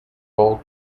all